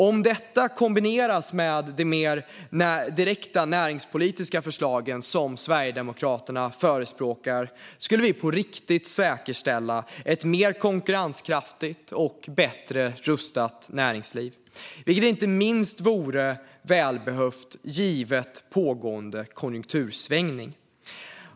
Om detta kombineras med de mer direkta näringspolitiska förslag som Sverigedemokraterna förespråkar skulle vi på riktigt säkerställa ett mer konkurrenskraftigt och bättre rustat näringsliv, vilket inte minst vore välbehövligt givet pågående konjunktursvängning.